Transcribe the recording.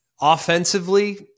offensively